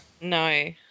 No